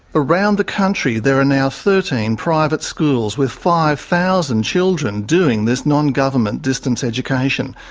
around the country there are now thirteen private schools with five thousand children doing this non-government distance education.